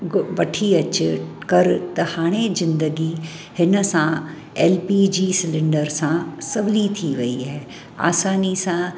गु वठी अचे कर त हाणे जिंदगी हिनसां एल पी जी सिलेंडर सां सवली थी वई आहे आसानी सां